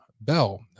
bell